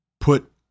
put